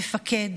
מפקד